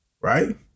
right